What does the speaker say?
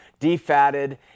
defatted